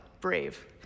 brave